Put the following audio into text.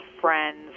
friends